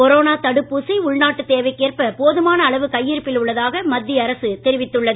corona தடுப்பூசி உள்நாட்டு தேவைக்கு ஏற்ப போதுமான அளவு கையிருப்பில் உள்ளதாக மத்திய அரசு தெரிவித்துள்ளது